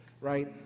right